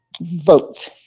vote